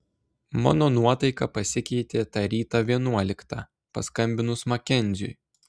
mano nuotaika pasikeitė tą rytą vienuoliktą paskambinus makenziui